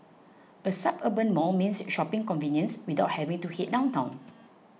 a suburban mall means shopping convenience without having to head downtown